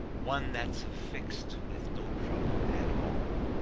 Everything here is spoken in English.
one that's affixed with no trouble at all.